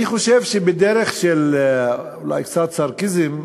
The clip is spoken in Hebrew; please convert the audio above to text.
אני חושב שבדרך של אולי קצת סרקזם,